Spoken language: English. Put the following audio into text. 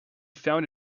found